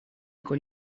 con